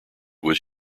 was